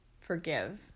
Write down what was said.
forgive